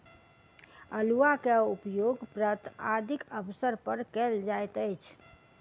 अउलुआ के उपयोग व्रत आदिक अवसर पर कयल जाइत अछि